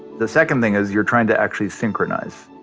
the second thing is you're trying to actually synchronize.